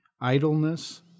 idleness